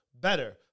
better